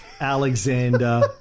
Alexander